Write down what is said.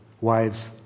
wives